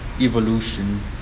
evolution